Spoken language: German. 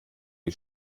die